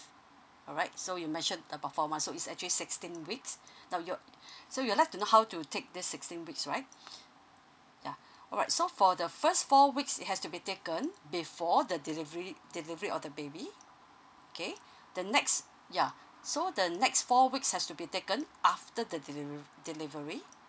alright so you mentioned about four months so it's actually sixteen weeks now you so you'd like to know how to take this sixteen weeks right yeah alright so for the first four weeks it has to be taken before the delivery delivery of the baby okay the next yeah so the next four weeks has to be taken after the deliver delivery